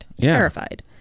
Terrified